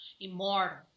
immortal